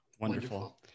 Wonderful